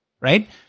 right